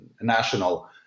national